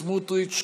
סמוטריץ',